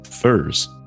Furs